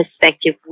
perspective